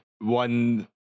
one